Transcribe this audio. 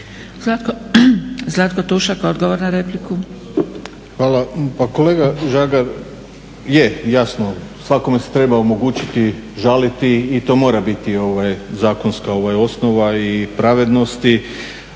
laburisti - Stranka rada)** Hvala. Pa kolega Žagar je, jasno svakome se treba omogućiti žaliti i to mora biti zakonska osnova i pravednosti,